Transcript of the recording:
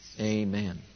Amen